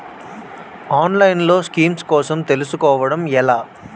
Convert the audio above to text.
ఆన్లైన్లో స్కీమ్స్ కోసం తెలుసుకోవడం ఎలా?